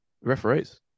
referees